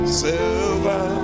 silver